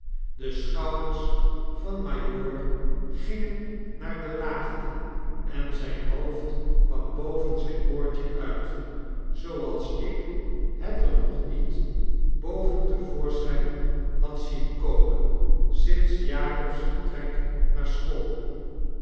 de schouders van majoor gingennaardelaagte en zyn hoofd kwam boven zyn boordje uit zooals ik het er nog niet boven te voorschyn had zien komen sinds jakob's vertreknaar school